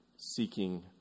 Seeking